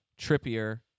Trippier